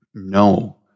No